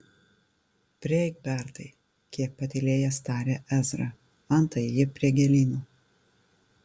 prieik bertai kiek patylėjęs tarė ezra antai ji prie gėlyno